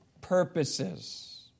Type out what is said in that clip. purposes